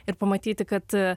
ir pamatyti kad